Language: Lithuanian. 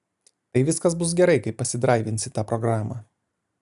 tai viskas bus gerai kai pasidraivinsi tą programą